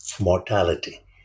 mortality